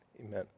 Amen